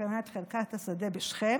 שקנה את חלקת השדה בשכם,